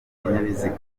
ibinyabiziga